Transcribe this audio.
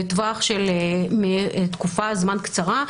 בטווח של תקופת זמן קצרה,